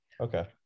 okay